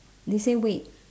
they say wait